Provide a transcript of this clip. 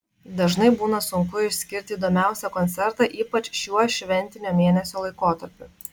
dažnai būna sunku išskirti įdomiausią koncertą ypač šiuo šventinio mėnesio laikotarpiu